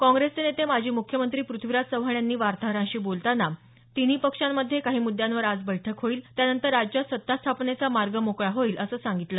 कॉग्रेसचे नेते माजी मुख्यमंत्री पृथ्वीराज चव्हाण यांनी वार्ताहरांशी बोलताना तिन्ही पक्षांमध्ये काही मुद्यांवर आज बैठक होईल त्यानंतर राज्यात सत्ता स्थापनेचा मार्ग मोकळा होईल असं सांगितलं